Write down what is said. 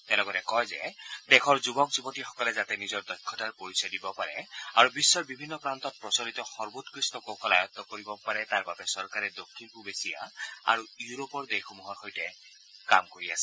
তেওঁ লগতে কয় যে দেশৰ যুৱক যুৱতীসকলে যাতে নিজৰ দক্ষতাৰ পৰিচয় দিব পাৰে আৰু বিশ্বৰ বিভিন্ন প্ৰান্তত প্ৰচলিত সৰ্বোৎকৃষ্ট কৌশল আয়ত্ত কৰিব পাৰে তাৰ বাবে চৰকাৰে দক্ষিণ পূব এছিয়া আৰু ইউৰোপৰ দেশসমূহৰ সৈতে কাম কৰি আছে